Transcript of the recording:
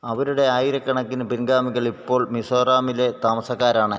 അവരുടെ ആയിരക്കണക്കിന് പിൻഗാമികൾ ഇപ്പോൾ മിസോറാമിലെ താമസക്കാരാണ്